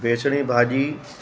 बेसणी भाॼी